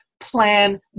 plan